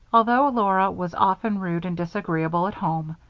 although laura was often rude and disagreeable at home,